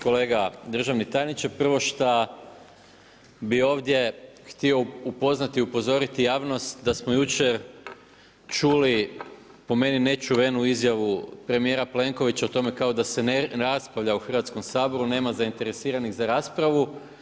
Kolega državni tajniče, prvo što bih ovdje htio upoznati, upozoriti javnost da smo jučer čuli po meni nečuvenu izjavu premijera Plenkovića o tome kao da se ne raspravlja o Hrvatskom saboru, nema zainteresiranih za raspravu.